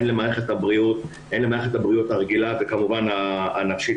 הן למערכת הבריאות הרגילה וכמובן הנפשית,